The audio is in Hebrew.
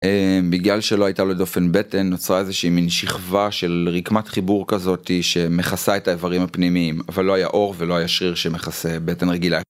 בגלל שלא הייתה לו דופן בטן נוצרה איזושהי מין שכבה של רקמת חיבור כזאת שמכסה את האיברים הפנימיים אבל לא היה אור ולא היה שריר שמכסה בטן רגילה.